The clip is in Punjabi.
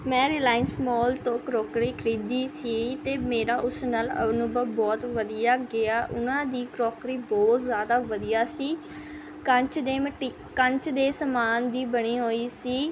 ਮੈਂ ਰਿਲਾਇੰਸ ਮੋਲ ਤੋਂ ਕਰੋਕਰੀ ਖਰੀਦੀ ਸੀ ਅਤੇ ਮੇਰਾ ਉਸ ਨਾਲ ਅਨੁਭਵ ਬਹੁਤ ਵਧੀਆ ਗਿਆ ਉਹਨਾਂ ਦੀ ਕਰੋਕਰੀ ਬਹੁਤ ਜ਼ਿਆਦਾ ਵਧੀਆ ਸੀ ਕੰਚ ਦੇ ਮਟੀ ਕੰਚ ਦੇ ਸਮਾਨ ਦੀ ਬਣੀ ਹੋਈ ਸੀ